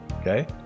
okay